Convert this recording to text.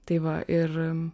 tai va ir